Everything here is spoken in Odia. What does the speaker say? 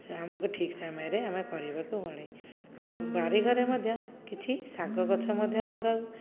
ଆମକୁ ଠିକ୍ ସମୟରେ କାମ କରିବାକୁ ପଡ଼େ ବାରିଘରେ ମଧ୍ୟ କିଛି ଶାଗ ଗଛ ମଧ୍ୟ ଲଗାଉ